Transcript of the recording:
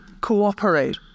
cooperate